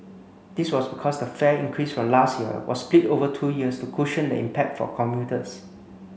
this was because the fare increase from last year was split over two years to cushion the impact for commuters